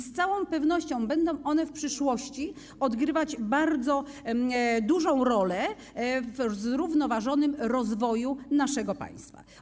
Z całą pewnością będą one w przyszłości odgrywać bardzo dużą rolę w zrównoważonym rozwoju naszego państwa.